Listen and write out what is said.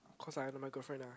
cause I am my girlfriend ah